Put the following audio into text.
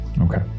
okay